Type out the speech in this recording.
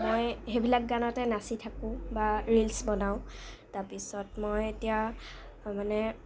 মই সেইবিলাক গানতে নাচি থাকোঁ বা ৰিলচ বনাওঁ তাৰপিছত মই এতিয়া মই মানে